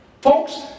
Folks